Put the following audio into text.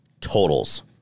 totals